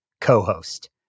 co-host